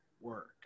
work